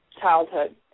childhood